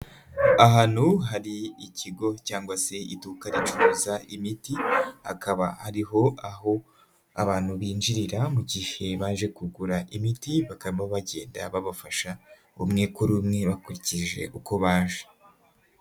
Ahantu hari ikigo cyangwa se iduka ricuruza imiti, akaba ari aho abantu binjirira mu gihe baje kugura imiti bakaba babafasha umwe kuri umwe bakurikije uko baje.